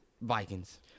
Vikings